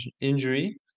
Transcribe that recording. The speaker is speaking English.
injury